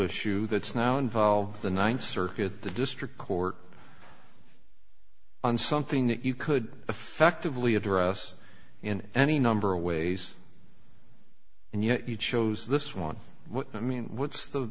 issue that's now involved the ninth circuit the district court on something that you could effectively address in any number of ways and you know you chose this one i mean what's the